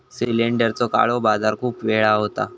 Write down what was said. सिलेंडरचो काळो बाजार खूप वेळा होता